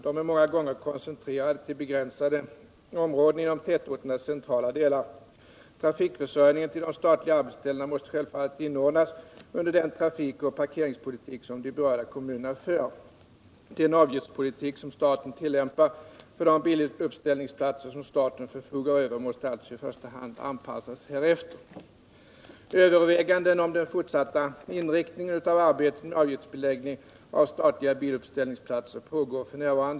De är många gånger koncentrerade till begränsade områden inom tätorternas centrala delar. Trafikförsörjningen till de statliga arbetsställena måste självfallet inordnas under den trafikoch parkeringspolitik som de berörda kommunerna för. Den avgiftspolitik som staten tillämpar för de biluppställningsplatser som staten förfogar över måste alltså i första hand anpassas härefter. Överväganden om den fortsatta inriktningen av arbetet med avgiftsbeläggning av statliga biluppställningsplatser pågår f. n.